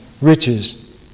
riches